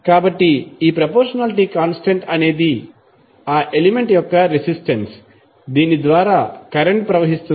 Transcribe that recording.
కాబట్టి ఈ proportionality constant అనేది ఆ ఎలిమెంట్ యొక్క రెసిస్టెన్స్ దీని ద్వారా కరెంట్ ప్రవహిస్తుంది